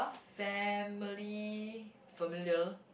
family familiar